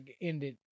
ended